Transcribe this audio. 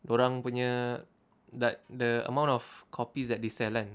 dorang punya like the amount of copies that they kan